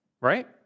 right